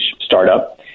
startup